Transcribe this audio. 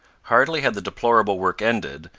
hardly had the deplorable work ended,